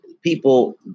People